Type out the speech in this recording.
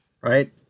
right